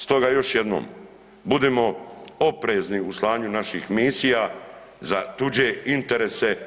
Stoga još jednom budimo oprezni u slanju naših misija za tuđe interese.